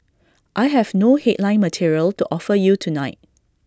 I have no headline material to offer you tonight